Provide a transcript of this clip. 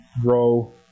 grow